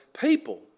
people